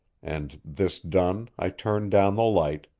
and this done i turned down the light,